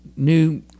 new